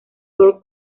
tour